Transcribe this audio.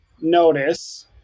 notice